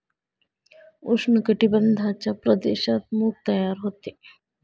उष्ण कटिबंधाच्या प्रदेशात मूग तयार होते